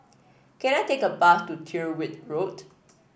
can I take a bus to Tyrwhitt Road